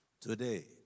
Today